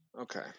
Okay